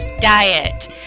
Diet